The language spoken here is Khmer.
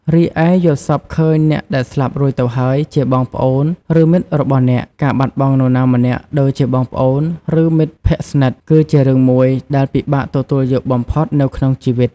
រីឯយល់សប្តិឃើញអ្នកដែលស្លាប់រួចទៅហើយជា បងប្អូន ឬមិត្តរបស់អ្នក ការបាត់បង់នរណាម្នាក់ ដូចជាបងប្អូន ឬ មិត្តភក្ដិស្និទ្ធ គឺជារឿងមួយ ដែលពិបាកទទួលយកបំផុត នៅក្នុងជីវិត ។